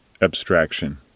abstraction